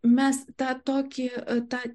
mes tą tokį tą